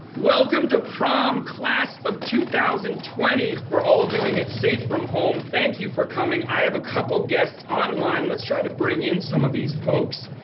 welcome to prom, class of two thousand and twenty. we're all doing it safe from home. thank you for coming. i have a couple guests online. let's try to bring in some of these folks.